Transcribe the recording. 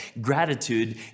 Gratitude